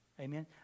Amen